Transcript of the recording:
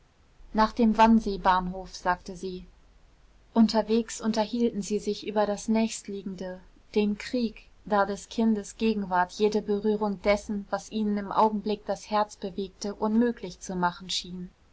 nach dem wannseebahnhof sagte sie unterwegs unterhielten sie sich über das nächstliegende den krieg da des kindes gegenwart jede berührung dessen was ihnen im augenblick das herz bewegte unmöglich zu machen schien